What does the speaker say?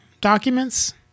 documents